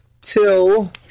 till